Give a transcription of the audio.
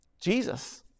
Jesus